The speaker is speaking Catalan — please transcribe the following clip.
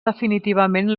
definitivament